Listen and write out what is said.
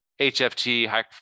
HFT